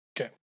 Okay